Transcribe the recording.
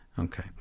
Okay